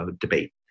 debate